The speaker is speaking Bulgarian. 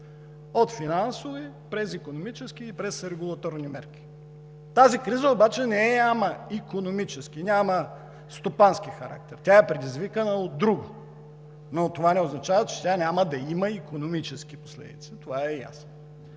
от финансови, през икономически и през регулаторни мерки. Тази криза обаче няма икономически, няма стопански характер, тя е предизвикана от друго, но това не означава, че тя няма да има икономически последици, това е ясно.